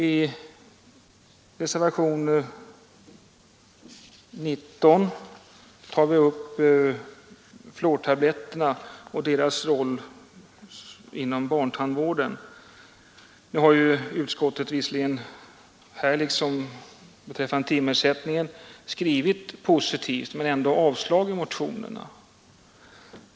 I reservationen XIX tar herr Hagberg upp fluortabletterna och deras roll inom barntandvården. Utskottsmajoriteten har visserligen på den här punkten liksom beträffande timersättningen skrivit positivt men ändå avstyrkt motionerna.